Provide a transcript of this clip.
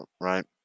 Right